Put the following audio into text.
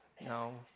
No